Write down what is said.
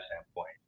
standpoint